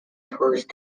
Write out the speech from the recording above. tourist